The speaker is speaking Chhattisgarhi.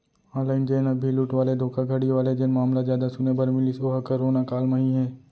ऑनलाइन जेन अभी लूट वाले धोखाघड़ी वाले जेन मामला जादा सुने बर मिलिस ओहा करोना काल म ही हे